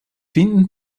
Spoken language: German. finden